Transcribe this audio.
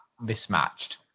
mismatched